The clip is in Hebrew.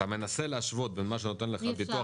אתה מנסה להשות בין מה שנותן לך הביטוח